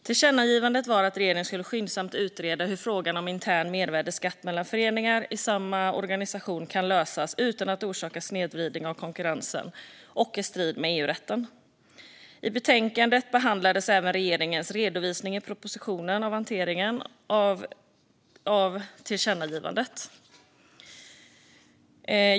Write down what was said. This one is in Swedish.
Tillkännagivandet löd att regeringen skyndsamt skulle utreda hur frågan om intern mervärdesskatt mellan föreningar i samma organisation kan lösas utan att orsaka snedvridning av konkurrensen i strid med EU-rätten. I betänkandet behandlas även regeringens redovisning i propositionen av hanteringen av tillkännagivandet.